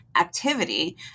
activity